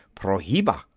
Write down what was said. prohiba!